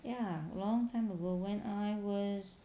ya long time ago when I was